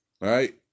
right